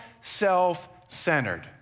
self-centered